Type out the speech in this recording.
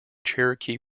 cherokee